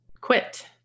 quit